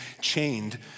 chained